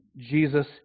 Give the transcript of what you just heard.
Jesus